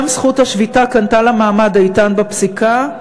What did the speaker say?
גם זכות השביתה קנתה לה מעמד איתן בפסיקה,